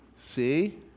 See